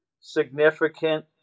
significant